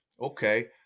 okay